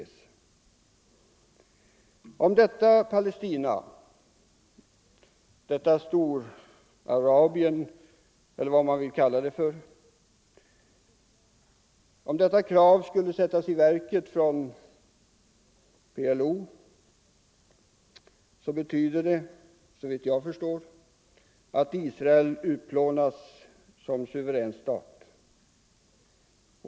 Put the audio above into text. Om kravet på detta Palestina — detta Storpalestina eller vad man vill kalla det — skulle förverkligas av PLO, betyder det, såvitt jag förstår, att Israel utplånas som suverän stat.